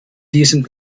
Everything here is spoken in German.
diesem